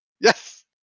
yes